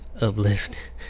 Uplift